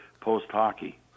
post-hockey